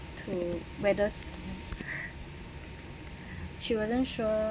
to whether she wasn't sure